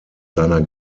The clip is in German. seiner